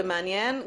ומעניין.